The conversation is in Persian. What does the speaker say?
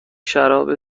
شراب